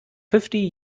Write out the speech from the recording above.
fifty